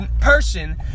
person